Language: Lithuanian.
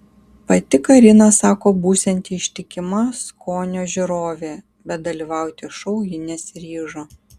pati karina sako būsianti ištikima skonio žiūrovė bet dalyvauti šou ji nesiryžo